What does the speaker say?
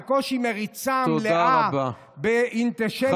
בקושי מריצה מלאה באנטישמיות.